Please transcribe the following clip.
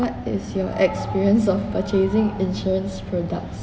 what is your experience of purchasing insurance products